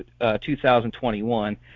2021